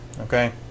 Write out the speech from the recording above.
okay